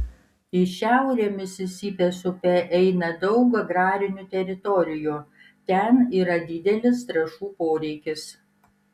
į šiaurę misisipės upe eina daug agrarinių teritorijų ten yra didelis trąšų poreikis